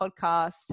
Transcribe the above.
podcast